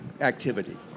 activity